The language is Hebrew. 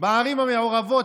בערים המעורבות,